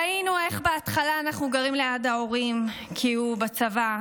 ראינו איך בהתחלה אנחנו גרים ליד ההורים כי הוא בצבא,